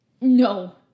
no